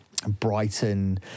Brighton